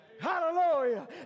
Hallelujah